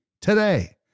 today